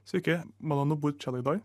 sveiki malonu būt šioj laidoj